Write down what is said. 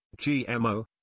GMO